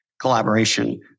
collaboration